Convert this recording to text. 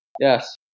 Yes